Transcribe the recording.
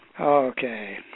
Okay